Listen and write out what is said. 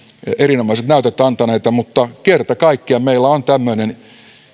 erinomaiset näytöt antaneita mutta kerta kaikkiaan meillä on tämmöinen